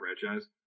franchise